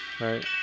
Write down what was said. right